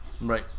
Right